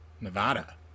Nevada